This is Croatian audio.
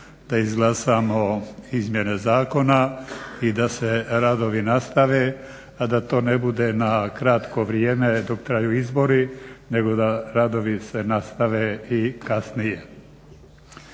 da izglasamo izmjene zakona i da se radovi nastave, a da to ne bude na kratko vrijeme dok traju izbori nego da radovi se nastave i kasnije.